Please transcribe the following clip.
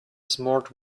smart